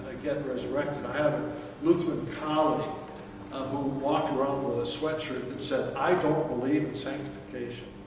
get resurrected. i have a lutheran colleague who walked around with a sweatshirt that said, i don't believe in sanctification.